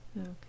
Okay